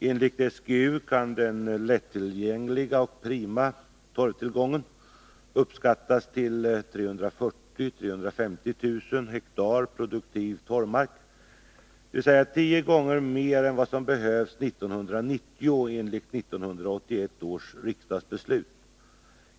Enligt SGU kan den lättillgängliga och prima torvtillgången uppskattas till 340 000-350 000 ha produktiv torvmark, dvs. tio gånger mer än vad som behövs 1990 enligt 1981 års riksdagsbeslut.